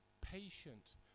patient